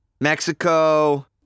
Mexico